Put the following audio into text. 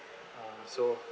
uh so